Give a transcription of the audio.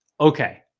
Okay